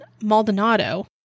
Maldonado